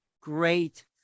great